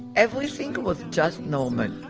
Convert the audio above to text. everything was just normal,